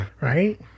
Right